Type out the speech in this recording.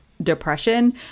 depression